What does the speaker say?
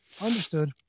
Understood